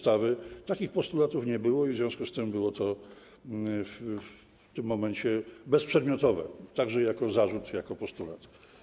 Takich postulatów nie było i w związku z tym było to w tym momencie bezprzedmiotowe, także jako zarzut i jako postulat.